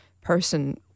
person